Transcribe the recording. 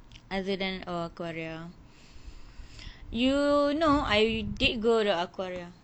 other than aquaria or you know I did go to aquaria